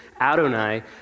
Adonai